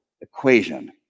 equation